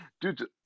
dude